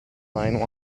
nine